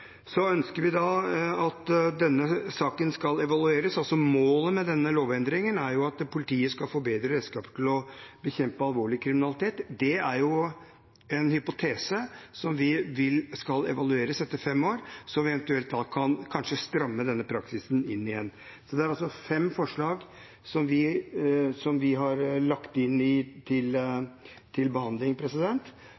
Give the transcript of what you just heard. Så ønsker vi at denne saken skal evalueres. Målet med denne lovendringen er jo at politiet skal få bedre redskaper til å bekjempe alvorlig kriminalitet. Det er en hypotese vi vil skal evalueres etter fem år, så vi eventuelt kan stramme inn igjen denne praksisen. Det er altså fem begrensninger vi har lagt inn til